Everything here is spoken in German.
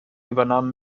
übernahmen